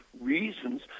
reasons